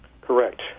Correct